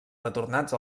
retornats